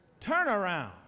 Turnaround